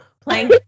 Playing